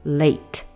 late